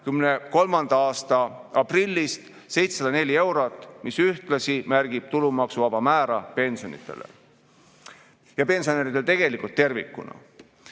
2023. aasta aprillist 704 eurot, mis ühtlasi märgib tulumaksuvaba määra pensionäridel tegelikult tervikuna.